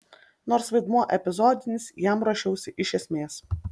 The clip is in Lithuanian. nors vaidmuo epizodinis jam ruošiausi iš esmės